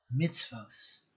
mitzvos